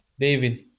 David